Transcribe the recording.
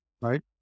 right